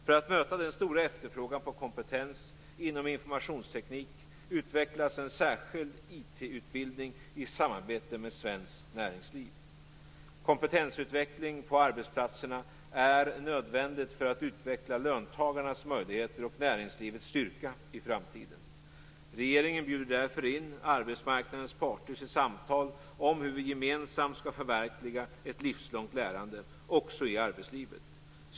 För att möta den stora efterfrågan på kompetens inom informationsteknik utvecklas en särskild IT Kompetensutveckling på arbetsplatserna är nödvändigt för att utveckla löntagarnas möjligheter och näringslivets styrka i framtiden. Regeringen bjuder därför in arbetsmarknadens parter till samtal om hur vi gemensamt skall förverkliga ett livslångt lärande, också i arbetslivet.